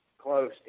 close